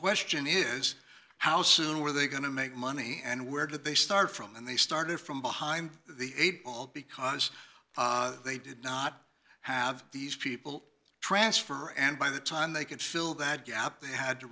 question is how soon were they going to make money and where did they start from and they started from behind the eight ball because they did not have these people transfer and by the time they could fill that gap they had to